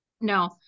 no